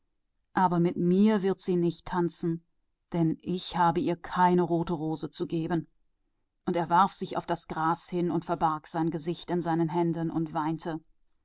aber mit mir wird sie nicht tanzen denn ich habe keine rote rose für sie und er warf sich ins gras barg sein gesicht in den händen und weinte